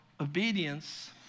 obedience